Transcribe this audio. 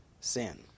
sin